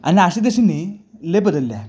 आणि अशीतशी नाही लै बदलली आहे